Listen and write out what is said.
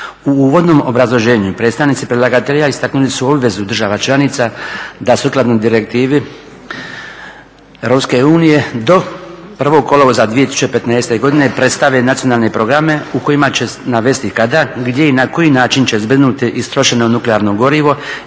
U uvodnom obrazloženju predstavnici predlagatelja istaknuli su obvezu država članica da sukladno direktivi Europske unije do 1. kolovoza 2015. godine predstave nacionalne programe u kojima će navesti kada, gdje i na koji način će zbrinuti istrošeno nuklearno gorivo